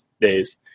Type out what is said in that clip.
days